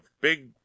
big